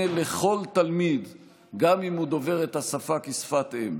לכל תלמיד גם אם הוא דובר את השפה כשפת אם.